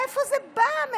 מאיפה זה בא?